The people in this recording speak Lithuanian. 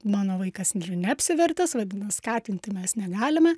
mano vaikas neapsivertęs vadinas skatinti mes negalime